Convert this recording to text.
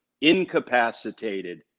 incapacitated